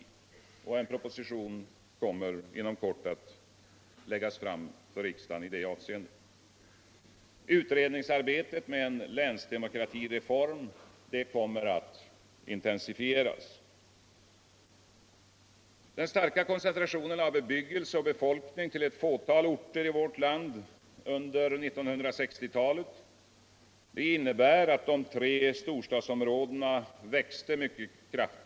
och en proposiuon kommer inom kort att läggas fram för riksdagen i det avseendet. Utredningsarbetet med en kinsdemokratireform kommer att intensifieras. Den starka koncentrationen av bebyggelse och bcfolkning till eu fåtal orter i vårt länd under 1960-talet innebar att de tre storstadsområdena växte myvcket kraftigt.